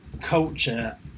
culture